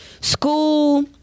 school